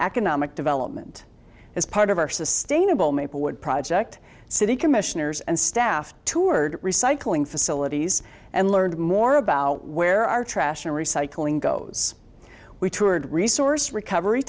economic development as part of our sustainable maplewood project city commissioners and staff toured recycling facilities and learned more about where our trash and recycling goes we toured resource recovery